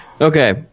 okay